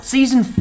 Season